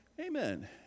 Amen